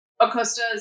Acosta